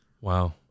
Wow